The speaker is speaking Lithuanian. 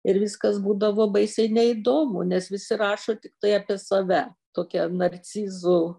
ir viskas būdavo baisiai neįdomu nes visi rašo tiktai apie save tokia narcizų